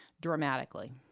dramatically